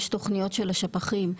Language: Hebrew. יש תוכניות של השפ"חים.